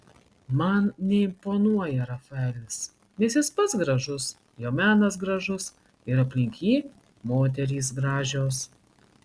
man neimponuoja rafaelis nes jis pats gražus jo menas gražus ir aplink jį moterys gražios